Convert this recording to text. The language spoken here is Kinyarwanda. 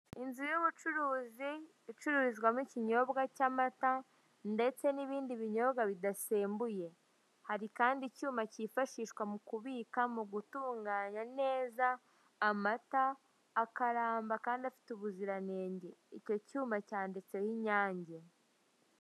Inzu ya ubucuruzi icururizwamo ikinyobwa cya amata ndetse na ibindi binyobwa bidasembuye. Hari kandi icyuma cyifashishwa mu kubika, mu gutunganya neza amata, akaramba kandi afite ubuziranenge. Icyo cyuma cyanditseho Inyange.